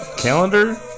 calendar